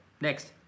next